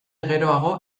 geroago